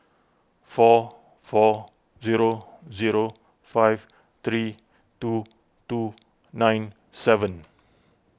four four zero zero five three two two nine seven